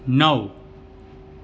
નવ